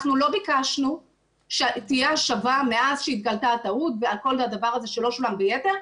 אנחנו לא ביקשנו שתהיה השבה מאז שנתגלתה הטעות וכל הדבר הזה ששולם ביתר.